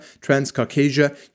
Transcaucasia